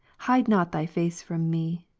hide not thy face from me.